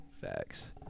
Facts